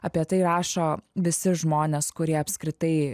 apie tai rašo visi žmonės kurie apskritai